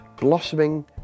blossoming